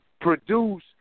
produce